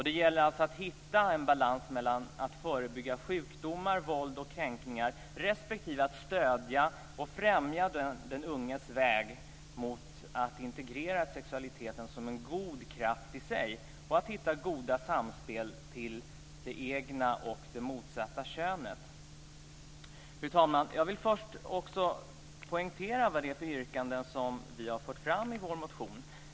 Det gäller att hitta en balans mellan att förebygga sjukdomar, våld och kränkningar och att stödja och främja den unges väg mot att integrera sexualiteten som en god kraft i sig och att hitta goda samspel med det egna och det motsatta könet. Fru talman! Jag vill först poängtera vad det är för yrkanden som vi har fört fram i vår motion.